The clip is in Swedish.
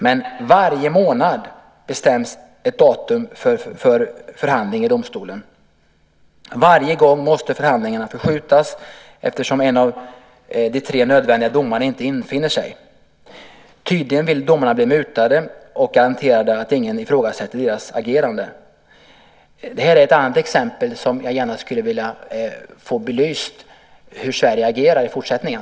Men varje månad bestäms ett nytt datum för förhandling i domstolen, och varje gång måste förhandlingarna uppskjutas eftersom en av de tre nödvändiga domarna inte infinner sig. Tydligen vill domarna bli mutade och bli garanterade att ingen ifrågasätter deras agerande. Det här är ett annat exempel där jag gärna skulle vilja få belyst hur Sverige agerar i fortsättningen.